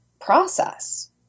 process